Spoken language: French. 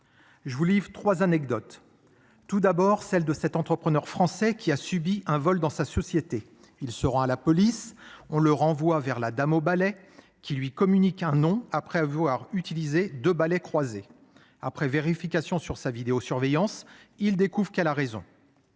Je vous livre 3 anecdote. Tout d'abord celle de cet entrepreneur français qui a subi un vol dans sa société. Il se rend à la police, on le renvoie vers la dame au ballet qui lui communique un non après avoir utilisé de ballet croisé après vérification sur sa vidéo surveillance ils découvrent qu'elle a raison.